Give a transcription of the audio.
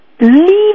leave